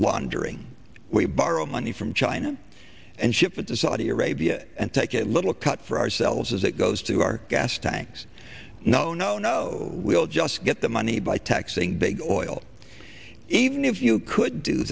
laundering we borrow money from china and ship it to saudi arabia and take a little cut for ourselves as it goes to our gas tanks no no no we'll just get the money by taxing big oil even if you could do